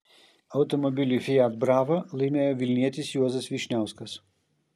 automobilį fiat brava laimėjo vilnietis juozas vyšniauskas